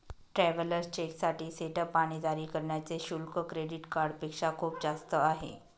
travellers चेकसाठी setup आणि जारी करण्याचे शुल्क क्रेडिट कार्डपेक्षा खूप जास्त आहे